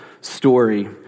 story